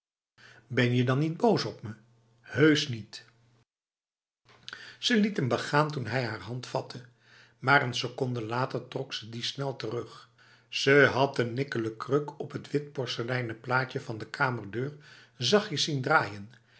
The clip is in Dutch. ben je dan niet boos op me heus niet ze liet hem begaan toen hij haar hand vatte maar een seconde later trok ze die snel terug ze had de nikkelen kruk op het wit porseleinen plaatje van de kamerdeur zachtjes zien draaien